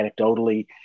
anecdotally